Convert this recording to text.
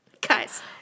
guys